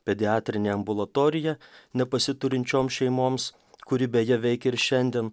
pediatrinė ambulatorija nepasiturinčioms šeimoms kuri beje veik ir šiandien